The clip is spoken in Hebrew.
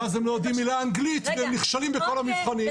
ואז הם לא יודעים מילה באנגלית ונכשלים בכל המבחנים.